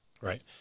Right